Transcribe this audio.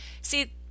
see